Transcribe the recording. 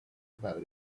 about